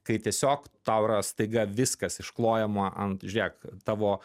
kai tiesiog tau yra staiga viskas išklojama ant žiūrėk tavo